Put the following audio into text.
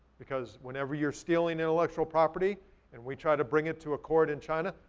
because whenever you're stealing intellectual property and we try to bring it to a court in china,